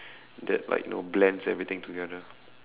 that like you know blends everything together